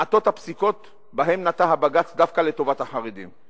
מעטות הפסיקות שבהן נטה בג"ץ דווקא לטובת החרדים.